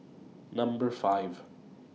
Number five